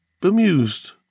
bemused